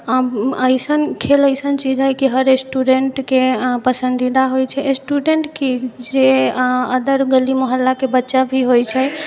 अइसन खेल अइसन चीज हय कि हर स्टुडेन्टके पसन्दीदा होइ छै स्टुडेन्ट कि जे अऽ अन्दर गली मोहल्लाके बच्चा भी होइ छै